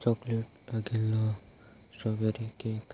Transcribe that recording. chocolate ओतिल्लो strawberry cake